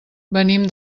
venim